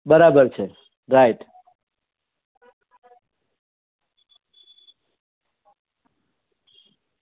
બરાબર છે રાઈટ